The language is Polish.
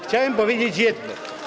Chciałem powiedzieć jedno.